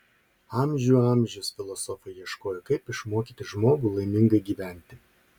amžių amžius filosofai ieškojo kaip išmokyti žmogų laimingai gyventi